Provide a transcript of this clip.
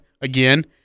again